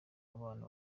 abana